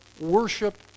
worship